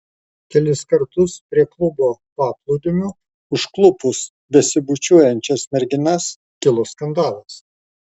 kelis kartus prie klubo paplūdimio užklupus besibučiuojančias merginas kilo skandalas